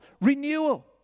renewal